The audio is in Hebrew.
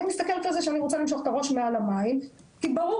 אני מסתכלת על זה שאני רוצה למשוך את הראש מעל המים כי ברור